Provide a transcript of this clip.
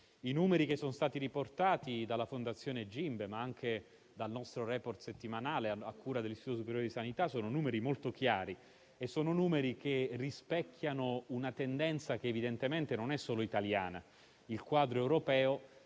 I numeri riportati dalla fondazione Gimbe, ma anche dal nostro *report* settimanale a cura dell'Istituto superiore di sanità, sono molto chiari e rispecchiano una tendenza che evidentemente non è solo italiana: nel quadro europeo